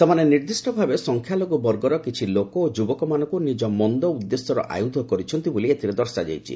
ସେମାନେ ନିର୍ଦ୍ଦିଷ୍ଟ ଭାବେ ସଂଖ୍ୟାଲଗ୍ର ବର୍ଗର କିଛି ଲୋକ ଓ ଯୁବକମାନଙ୍କୁ ନିଜ ମନ୍ଦ ଉଦ୍ଦେଶ୍ୟର ଆୟଧ କରିଛନ୍ତି ବୋଲି ଏଥିରେ ଦର୍ଶାଯାଇଛି